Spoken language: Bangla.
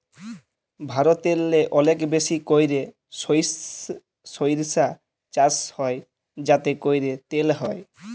ভারতেল্লে অলেক বেশি ক্যইরে সইরসা চাষ হ্যয় যাতে ক্যইরে তেল হ্যয়